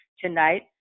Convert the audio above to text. tonight